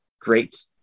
great